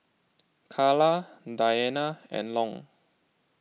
Carla Diana and Long